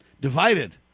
divided